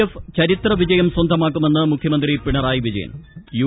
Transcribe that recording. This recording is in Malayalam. എഫ് ചരിത്ര്വിജയം സ്വന്തമാക്കുമെന്ന് ന് മുഖ്യമന്ത്രി പിണറീയ് വിജയൻ യു